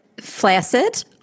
flaccid